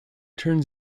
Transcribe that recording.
turns